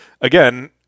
again